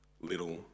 little